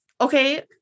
Okay